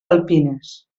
alpines